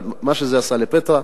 אבל מה שזה עשה לפטרה.